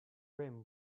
rim